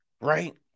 Right